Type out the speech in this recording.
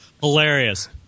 hilarious